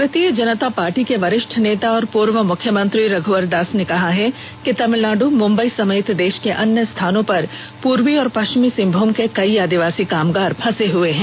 भारतीय जनता पार्टी के वरिष्ठ नेता और पूर्व मुख्यमंत्री रघुवर दास ने कहा है कि तमिलनाडु मुंबई समेत देश के अन्य स्थानों पर पूर्वी और पश्चिमी सिंहभूम के कई आदिवासी कामगार फंसे हुए हैं